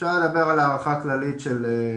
מערכת חינוך,